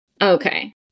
Okay